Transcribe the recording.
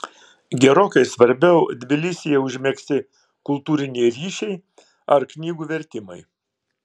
gerokai svarbiau tbilisyje užmegzti kultūriniai ryšiai ar knygų vertimai